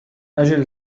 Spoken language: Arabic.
أجل